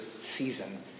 season